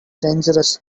dangerous